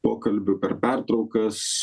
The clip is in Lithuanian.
pokalbių per pertraukas